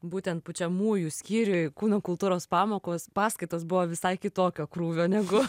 būtent pučiamųjų skyriuj kūno kultūros pamokos paskaitos buvo visai kitokio krūvio negu